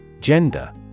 Gender